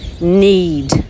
need